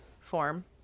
form